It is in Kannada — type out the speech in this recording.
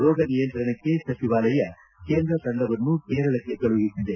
ರೋಗ ನಿಯಂತ್ರಣಕ್ಕೆ ಸಚಿವಾಲಯ ಕೇಂದ್ರ ತಂಡವನ್ನು ಕೇರಳಕ್ಕೆ ಕಳುಹಿಸಿದೆ